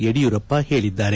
ಯಡಿಯೂರಪ್ಪ ಹೇಳಿದ್ದಾರೆ